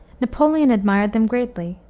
napoleon admired them greatly,